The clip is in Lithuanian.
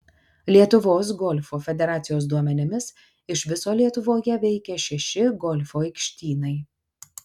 lietuvos golfo federacijos duomenimis iš viso lietuvoje veikia šeši golfo aikštynai